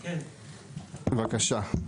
בבקשה.